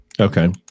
Okay